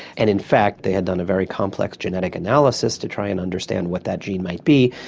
and in fact they had done a very complex genetic analysis to try and understand what that gene might be.